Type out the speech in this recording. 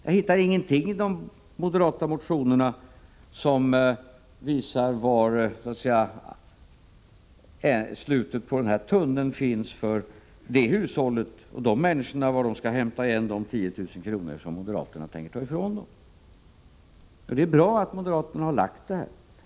Jag hittar ingenting i de moderata motionerna som visar var slutet på tunneln finns för det hushållet och för de människorna och hur de skall få tillbaka de 10 000 kr. som moderaterna tänker ta ifrån dem. Det är bra att moderaterna har lagt fram detta förslag.